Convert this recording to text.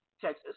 Texas